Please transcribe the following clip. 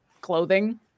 clothing